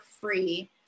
free